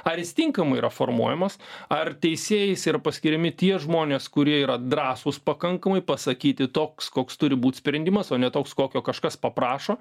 ar jis tinkamai yra formuojamas ar teisėjais yra paskiriami tie žmonės kurie yra drąsūs pakankamai pasakyti toks koks turi būt sprendimas o ne toks kokio kažkas paprašo